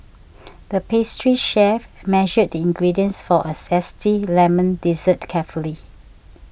the pastry chef measured the ingredients for a Zesty Lemon Dessert carefully